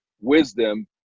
wisdom